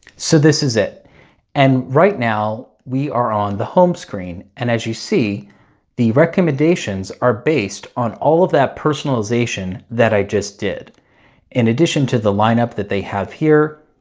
so this is it and right now we are on the home screen and as you see the recommendations are based all of that personalization that i just did in addition to the lineup that they have here